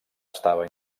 estava